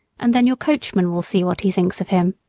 and then your coachman will see what he thinks of him.